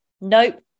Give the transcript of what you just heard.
Nope